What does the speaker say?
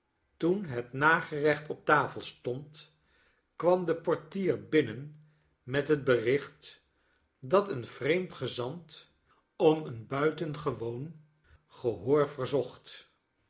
toen het nagerecht op tafel stond kwam de portier binnen met het bericht dat een vreemd gezant om een buitengewoon gehoor verzocht